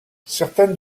certaines